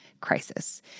crisis